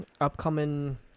upcoming